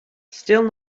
still